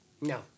No